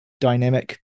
dynamic